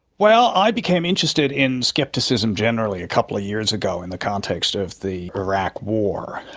well, i became interested in scepticism generally a couple of years ago in the context of the iraq war,